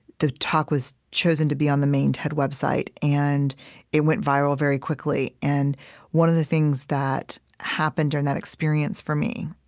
the talk was chosen to be on the main ted website and it went viral very quickly. and one of the things that happened during that experience for me,